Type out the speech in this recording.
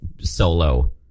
solo